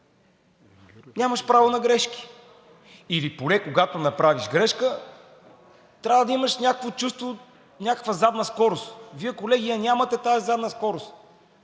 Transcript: нямаш право на грешки или поне когато направиш грешка, трябва да имаш някакво чувство, някаква задна скорост. Вие, колеги, я нямате тази задна скорост.